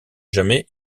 jamais